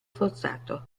forzato